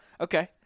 Okay